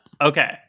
Okay